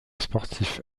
sportif